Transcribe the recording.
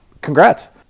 Congrats